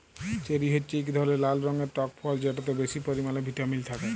cherry হছে ইক ধরলের লাল রঙের টক ফল যেটতে বেশি পরিমালে ভিটামিল থ্যাকে